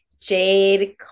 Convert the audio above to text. Jade